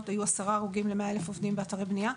היו 10 הרוגים ל-100,000 עובדים באתרי בנייה.